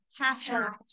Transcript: pastor